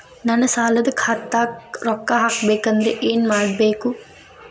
ನನ್ನ ಸಾಲದ ಖಾತಾಕ್ ರೊಕ್ಕ ಹಾಕ್ಬೇಕಂದ್ರೆ ಏನ್ ಮಾಡಬೇಕು?